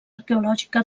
arqueològica